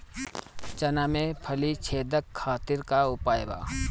चना में फली छेदक खातिर का उपाय बा?